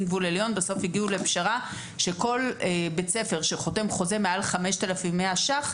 גבול עליון בסוף הגיעו לפשרה שכל בית ספר שחותם חוזר מעל 5,100 שקלים,